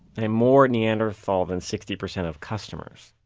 am more neanderthal than sixty percent of customers.